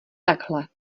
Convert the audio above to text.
takhle